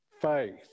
faith